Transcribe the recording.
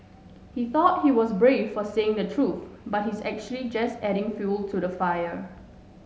he thought he was brave for saying the truth but he's actually just adding fuel to the fire